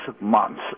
months